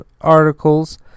articles